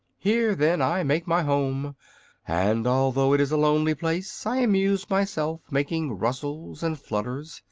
here, then, i made my home and although it is a lonely place i amuse myself making rustles and flutters,